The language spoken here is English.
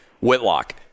Whitlock